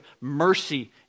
mercy